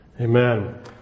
Amen